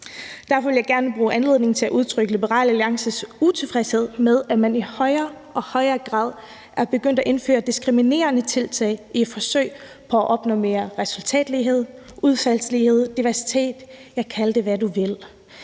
Derfor vil jeg gerne bruge anledningen til at udtrykke Liberal Alliances utilfredshed med, at man i højere og højere grad er begyndt at indføre diskriminerende tiltag i et forsøg på at opnå mere resultatlighed, udfaldslighed, diversitet, ja, kald det, hvad du vil.